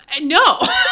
No